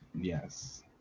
Yes